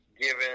given